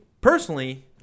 personally